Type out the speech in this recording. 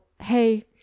hey